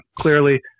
clearly